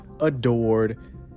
adored